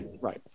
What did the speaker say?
Right